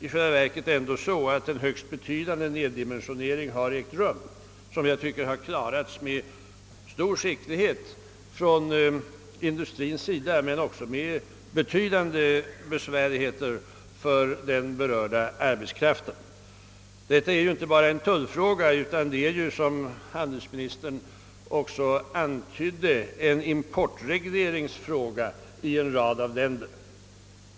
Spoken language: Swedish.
I själva verket har en högst betydande neddimensionering ägt rum, som enligt min mening har klarats med stor skicklighet av industrien men också medfört betydande besvärligheter för den berörda arbetskraften. : Detta är inte bara en tullfråga utan även, som handelsministern antydde, en importregleringsfråga i en rad av länder.